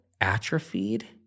atrophied